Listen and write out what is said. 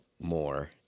more